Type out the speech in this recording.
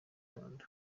rwanda